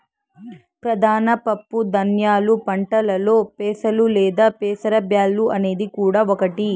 ప్రధాన పప్పు ధాన్యాల పంటలలో పెసలు లేదా పెసర బ్యాల్లు అనేది కూడా ఒకటి